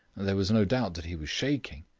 there was no doubt that he was shaking.